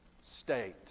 state